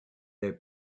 their